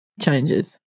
changes